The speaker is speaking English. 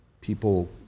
people